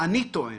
אני טוען